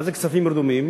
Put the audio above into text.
מה זה כספים רדומים?